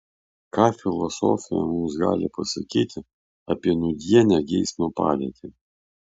ką filosofija mums gali pasakyti apie nūdienę geismo padėtį